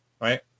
right